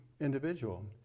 individual